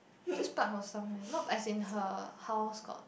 just pluck from some where not as in her house got